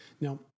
Now